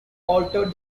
altered